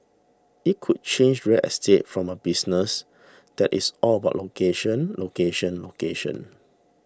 it could change real estate from a business that is all about location location location